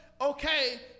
okay